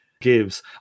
gives